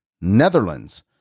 Netherlands